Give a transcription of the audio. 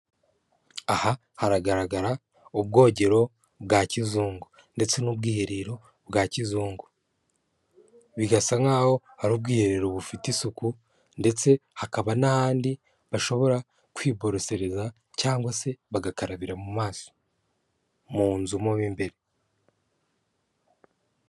Aha haragaragara ubwogero bwa kizungu ndetse n'ubwiherero bwa kizungu, bigasa nk'aho hari ubwiherero bufite isuku ndetse hakaba n'ahandi bashobora kwiborosereza cyangwa se bagakarabira mu maso mu nzu mu b'imbere.